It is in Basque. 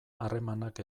harremanak